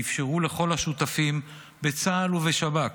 שאפשרו לכל השותפים, בצה"ל ובשב"כ,